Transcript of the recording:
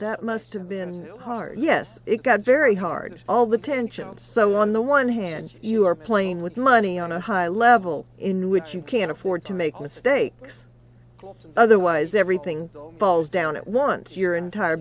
that must have been hard yes it got very hard all the tension and so on the one hand you are playing with money on a high level in which you can afford to make mistakes otherwise everything falls down at once your entire